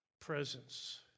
presence